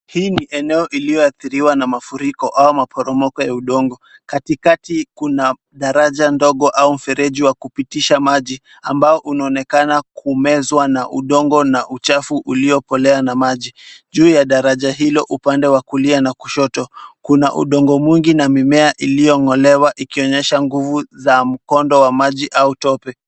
Hiii ni eneo iliyoathiriwa na mafuriko au maporomoko ya udongo katikati Kuna daraja ndogo au mfereji ya kupitisha maji ambao unaonekana kumeswa na udongo na uchafu uliopolea na maji juu ya daraja hilo upande wa kulia na kushoto Kuna udongo mwingi na mimea iliyongelewa ikionyesha nguvu za mgondo wa maji au tope